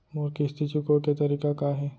मोर किस्ती चुकोय के तारीक का हे?